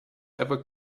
ever